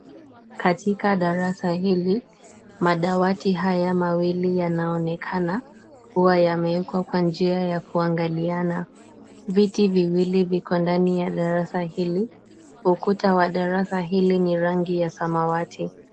Katika darasa hili, madawati haya mawili yanaonekana kuwa yamewekwa kwa njia ya kuangaliana. Viti viwili viko ndani ya darasa hili. Ukuta wa darasa hili ni rangi ya samawati.